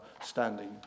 standing